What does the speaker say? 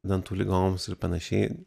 dantų ligoms ir panašiai